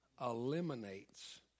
eliminates